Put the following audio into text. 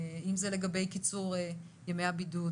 אם זה לגבי קיצור ימי הבידוד,